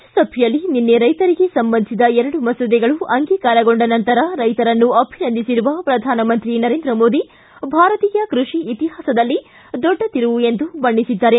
ರಾಜ್ಯಸಭೆಯಲ್ಲಿ ನಿನ್ನೆ ರೈತರಿಗೆ ಸಂಬಂಧಿಸಿದ ಎರಡು ಮಸೂದೆಗಳು ಅಂಗೀಕಾರಗೊಂಡ ನಂತರ ರೈತರನ್ನು ಅಭಿನಂದಿಸಿರುವ ಪ್ರಧಾನಮಂತ್ರಿ ನರೇಂದ್ರ ಮೋದಿ ಭಾರತೀಯ ಕೃಷಿ ಇತಿಹಾಸದಲ್ಲಿ ದೊಡ್ಡ ತಿರುವು ಎಂದು ಬಣ್ಣಿಸಿದ್ದಾರೆ